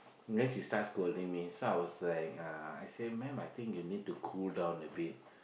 then she start scolding me so I was like uh I said ma'am I think you need to cool down a bit